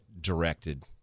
directed